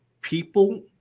People